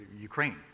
Ukraine